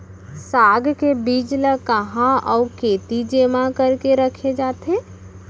साग के बीज ला कहाँ अऊ केती जेमा करके रखे जाथे?